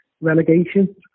relegation